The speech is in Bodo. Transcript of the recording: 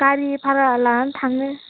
गारि भारा लानानै थांनो